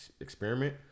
experiment